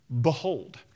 behold